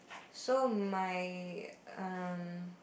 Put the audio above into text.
so my um